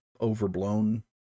overblown